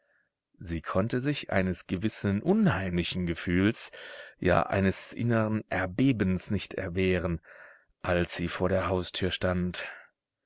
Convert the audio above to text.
sie konnte sich eines gewissen unheimlichen gefühls ja eines innern erbebens nicht erwehren als sie vor der haustür stand